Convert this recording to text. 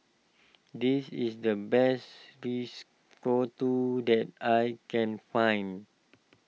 this is the best Risotto that I can find